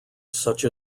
such